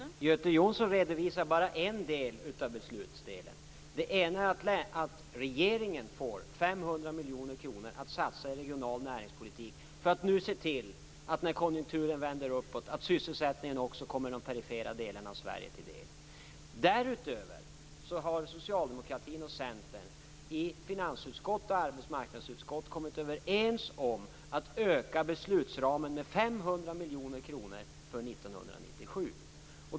Fru talman! Göte Jonsson redovisar bara en del av beslutet. Det ena är att regeringen får 500 miljoner kronor att satsa i regional näringspolitik för att, när nu konjunkturen vänder uppåt, se till att sysselsättningen också kommer de mera perifera delarna av Sverige till del. Därutöver har socialdemokratin och Centern i finansutskott och arbetsmarknadsutskott kommit överens om att öka beslutsramen med 500 miljoner kronor för 1997.